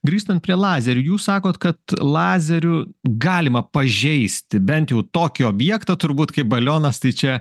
grįžtant prie lazerių jūs sakot kad lazeriu galima pažeisti bent jau tokį objektą turbūt kaip balionas tai čia